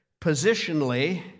positionally